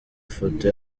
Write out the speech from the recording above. ifoto